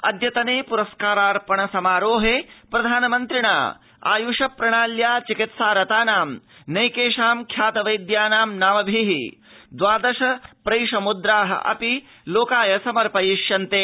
अद्यतने प्रस्कारार्पण समारोहे प्रधानमन्त्रिणा आय्ष प्रणाल्या चिकित्सा रतानां नैकेषां ख्यात वैद्यानां नामभिः द्वादश प्रैष म्द्राः अपि लोकाय समर्पयिष्यन्ते